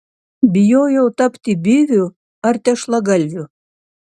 bijojau tapti byviu ar tešlagalviu